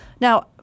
Now